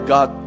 God